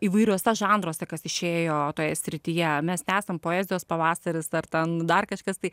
įvairiuose žanruose kas išėjo toje srityje mes esam poezijos pavasaris ar ten dar kažkas tai